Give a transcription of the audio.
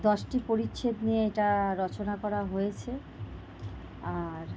দশটি পরিচ্ছেদ নিয়ে এটা রচনা করা হয়েছে আর